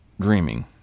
dreaming